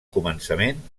començament